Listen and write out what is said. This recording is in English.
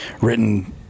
written